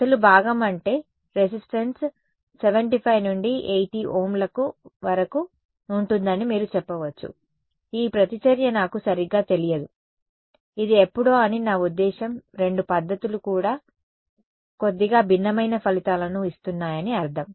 అసలు భాగం అంటే రెసిస్టెన్స్ 75 నుండి 80 ఓమ్ల వరకు ఉంటుందని మీరు చెప్పవచ్చు ఈ ప్రతిచర్య నాకు సరిగ్గా తెలియదు ఇది ఎప్పుడో అని నా ఉద్దేశ్యం రెండు పద్దతులు కూడా కొద్దిగా భిన్నమైన ఫలితాలను ఇస్తున్నాయని అర్థం